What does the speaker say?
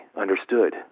understood